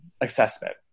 assessment